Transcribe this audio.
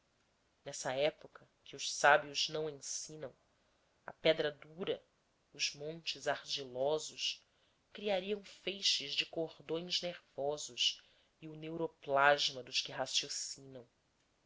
nessa época que os sábios não ensinam a pedra dura os montes argilosos criariam feixes de cordões nervosos e o neuroplasma dos que raciocinam